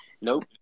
Nope